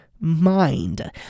mind